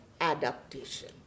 adaptation